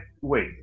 wait